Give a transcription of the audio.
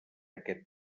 aquest